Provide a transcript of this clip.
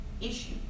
issue